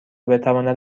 بتواند